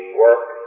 work